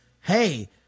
Hey